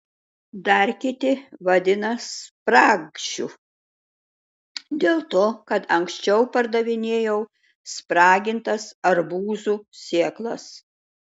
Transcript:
dar kiti vadina spragšiu dėl to kad anksčiau pardavinėjau spragintas arbūzų sėklas